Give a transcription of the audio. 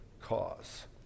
cause